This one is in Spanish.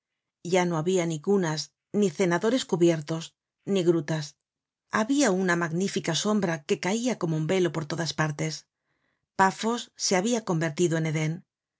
ya no habia ni cunas ni cenadores cubiertos ni grutas habia una magnífica sombra que caia cdino un velo por todas partes pafos se habia convertido en eden